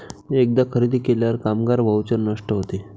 एकदा खरेदी केल्यावर कामगार व्हाउचर नष्ट होते